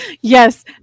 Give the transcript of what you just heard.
yes